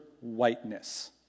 whiteness